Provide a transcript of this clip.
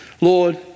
Lord